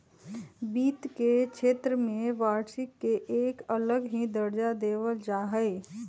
वित्त के क्षेत्र में वार्षिक के एक अलग ही दर्जा देवल जा हई